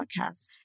podcast